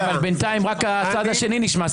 בינתיים רק הצד השני נשמע.